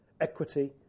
equity